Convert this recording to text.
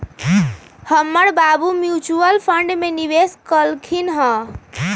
हमर बाबू mutual fund में निवेश कलखिंन्ह ह